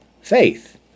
faith